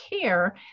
Care